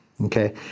Okay